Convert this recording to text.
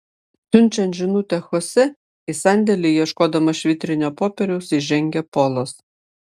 siunčiant žinutę chosė į sandėlį ieškodamas švitrinio popieriaus įžengia polas